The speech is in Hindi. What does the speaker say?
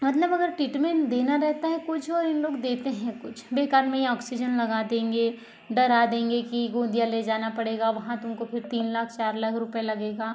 मतलब अगर ट्रीटमेंट देना रहता है कुछ और इन लोग देते हैं कुछ और बेकार में ही ऑक्सीजन लगा देंगे डरा देंगे कि गोंदिया ले जाना पड़ेगा वहाँ तुमको फिर तीन लाख चार लाख रुपया लगेगा